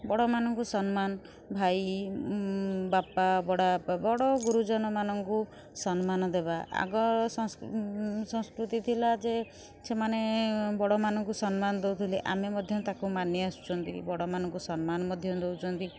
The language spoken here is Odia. ବଡ଼ମାନଙ୍କୁ ସମ୍ମାନ ଭାଇ ବାପା ବଡ଼ବାପା ବଡ଼ ଗୁରୁଜନ ମାନଙ୍କୁ ସମ୍ମାନ ଦେବା ଆଗ ସଂସ୍କୃତି ଥିଲା ଯେ ସେମାନେ ବଡ଼ମାନଙ୍କୁ ସମ୍ମାନ ଦେଉଥିଲେ ଆମେମାନେ ମଧ୍ୟ ତାକୁ ମାନି ଆସୁଛନ୍ତି ବଡ଼ମାନଙ୍କୁ ସମ୍ମାନ ମଧ୍ୟ ଦେଉଛନ୍ତି